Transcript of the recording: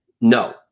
No